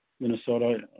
Minnesota